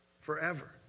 Forever